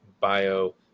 bio